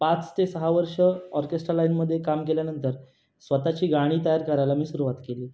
पाच ते सहा वर्ष ऑर्केस्ट्रा लाईनमध्ये काम केल्यानंतर स्वतःची गाणी तयार करायला मी सुरवात केली